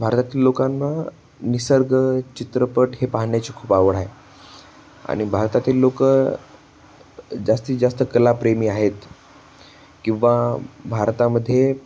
भारतातील लोकांना निसर्ग चित्रपट हे पाहण्याची खूप आवड आहे आणि भारतातील लोक जास्तीत जास्त कलाप्रेमी आहेत किंवा भारतामध्ये